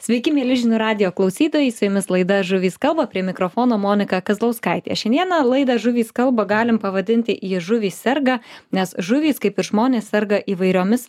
sveiki mieli žinių radijo klausytojai su jumis laida žuvys kalba prie mikrofono monika kazlauskaitė šiandieną laidą žuvys kalba galim pavadinti į žuvys serga nes žuvys kaip ir žmonės serga įvairiomis